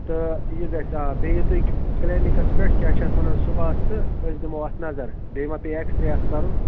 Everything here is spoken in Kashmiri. تہٕ یہِ گژھِ آ بیٚیہِ یِیِو تُہۍ کٕلِنِکَس پٮ۪ٹھ کیٛاہ چھِ اَتھ وَنان صُبحس تہٕ أسۍ دِمو اَتھ نظر بیٚیہِ ما پیٚیہِ اَتھ کَرُن